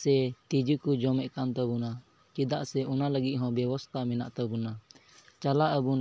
ᱥᱮ ᱛᱤᱸᱡᱩ ᱠᱚ ᱡᱚᱢᱮᱜ ᱠᱟᱱ ᱛᱟᱵᱳᱱᱟ ᱪᱮᱫᱟᱜ ᱥᱮ ᱚᱱᱟ ᱞᱟᱹᱜᱤᱫ ᱦᱚᱸ ᱵᱮᱵᱚᱥᱛᱷᱟ ᱢᱮᱱᱟᱜ ᱛᱟᱵᱚᱱᱟ ᱪᱟᱞᱟᱜ ᱟᱵᱚᱱ